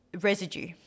residue